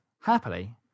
Happily